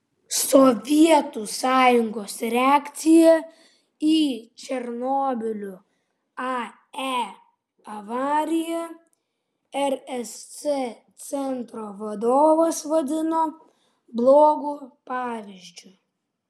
sovietų sąjungos reakciją į černobylio ae avariją rsc centro vadovas vadino blogu pavyzdžiu